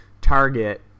Target